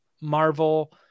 Marvel